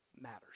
matters